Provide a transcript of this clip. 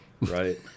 right